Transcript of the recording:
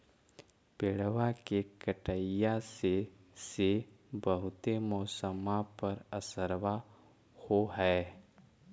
पेड़बा के कटईया से से बहुते मौसमा पर असरबा हो है?